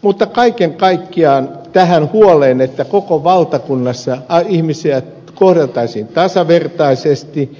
mutta kaiken kaikkiaan tähän huoleen että koko valtakunnassa ihmisiä kohdeltaisiin tasavertaisesti